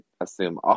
assume